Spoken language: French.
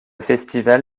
festival